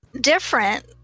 different